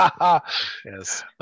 Yes